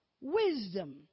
wisdom